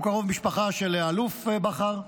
הוא קרוב משפחה של האלוף בכר מבארי.